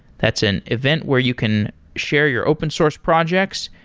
that's an event where you can share your open source projects,